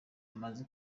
amaze